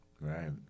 right